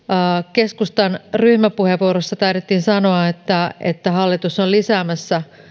keskustan ryhmäpuheenvuorossa taidettiin sanoa että että hallitus on lisäämässä